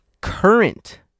current